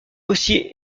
aussi